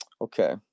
Okay